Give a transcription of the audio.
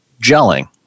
gelling